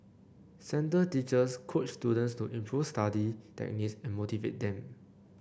centre teachers coach students to improve study techniques and motivate them